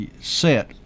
set